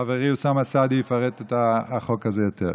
חברי חבר הכנסת אוסאמה סעדי יפרט את החוק הזה בהמשך.